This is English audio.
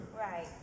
Right